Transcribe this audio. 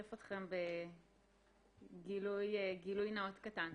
אשתף אתכם בגילוי נאות קטן.